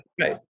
Right